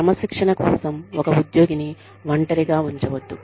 క్రమశిక్షణ కోసం ఒక ఉద్యోగిని ఒంటరిగా ఉంచవద్దు